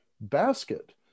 basket